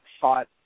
thought